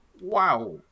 wow